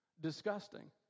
Disgusting